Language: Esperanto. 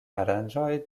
aranĝoj